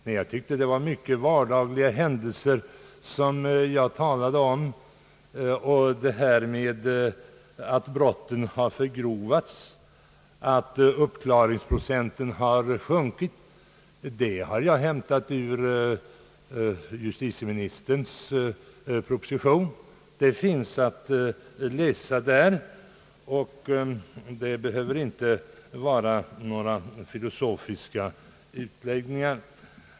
Nej, jag tyckte det var mycket vardagliga händelser, som jag berörde. Uppgifterna om ati brotten har förgrovats och att uppklaringsprocenten har sjunkit har jag hämtat ur justitieministerns proposition, och de tarvar inte några filosofiska utläggningar.